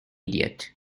idiot